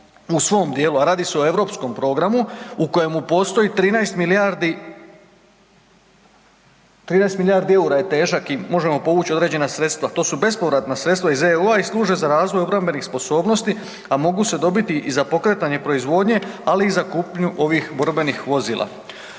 u svom dijelu, a radi se o europskom programu u kojemu postoji 13 milijardi EUR-a, 13 milijardi EUR-a je težak možemo povući određena sredstva, to su bespovratna sredstava iz EU i služe za razvoj obrambenih sposobnosti, a mogu se dobiti i za pokretanje proizvodnje ali i za kupnju ovih borbenih vozila.